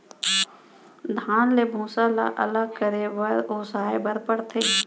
धान ले भूसा ल अलग करे बर ओसाए बर परथे